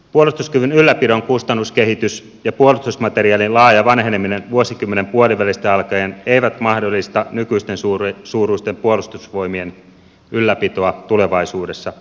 puolustuskyvyn ylläpidon kustannuskehitys ja puolustusmateriaalien laaja vanheneminen vuosikymmenen puolivälistä alkaen eivät mahdollista nykyisen suuruisten puolustusvoimien ylläpitoa tulevaisuudessa